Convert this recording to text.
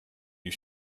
you